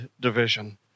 division